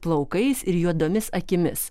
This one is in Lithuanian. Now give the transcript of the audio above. plaukais ir juodomis akimis